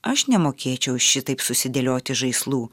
aš nemokėčiau šitaip susidėlioti žaislų